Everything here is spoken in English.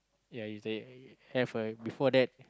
ya is that have a before that